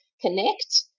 connect